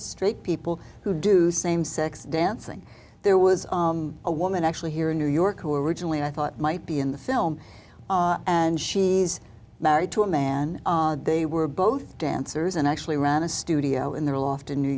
straight people who do same sex dancing there was a woman actually here in new york who originally i thought might be in the film and she's married to a man they were both dancers and actually ran a studio in their loft in new